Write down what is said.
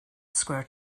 square